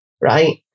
right